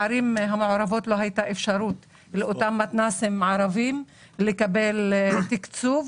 בערים מעורבות לא הייתה אפשרות לאותם מתנ"סים ערביים לקבל תקצוב,